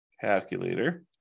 Calculator